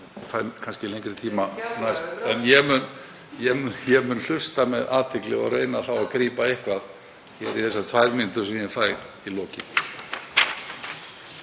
Ég fæ kannski lengri tíma næst, en ég mun hlusta með athygli og reyni þá að grípa eitthvað í þessar tvær mínútur sem ég fæ í lokin.